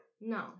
No